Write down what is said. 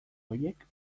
horiek